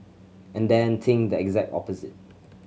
and then think the exact opposite